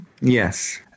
Yes